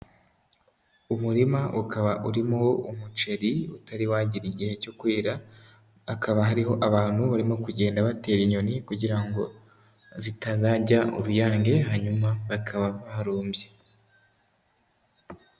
Umurima ukaba urimo umuceri utari wagera igihe cyo kwera, hakaba hariho abantu barimo kugenda batera inyoni kugira ngo zitazarya uruyange hanyuma bakaba barumbya.